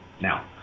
Now